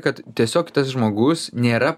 kad tiesiog tas žmogus nėra